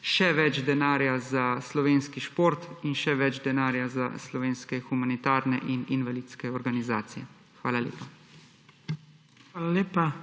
še več denarja za slovenski šport in še več denarja za slovenske humanitarne in invalidske organizacije. Hvala lepa.